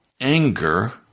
anger